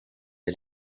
est